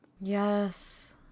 yes